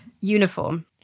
uniform